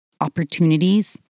opportunities